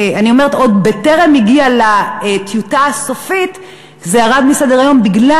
עוד בטרם הגיעה ההצעה לטיוטה הסופית הרעיון ירד מסדר-היום בגלל